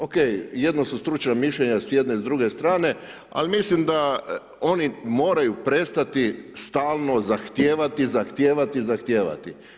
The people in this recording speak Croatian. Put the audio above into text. OK, jedno su stručna mišljenja s jedne i s druge strane, ali mislim da oni moraju prestati stalno zahtijevati, zahtijevati, zahtijevati.